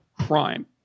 crime